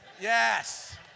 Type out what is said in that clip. Yes